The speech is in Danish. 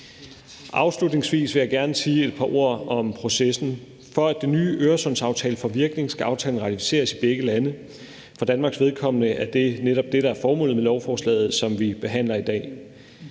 Afslutningsvis vil jeg gerne sige et par ord om processen. For at den nye Øresundsaftalen får virkning, skal aftalen ratificeres i begge lande. For Danmarks vedkommende er det netop det, der er formålet med lovforslaget, som vi behandler i dag.